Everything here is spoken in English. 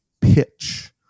pitch